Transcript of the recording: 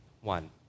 One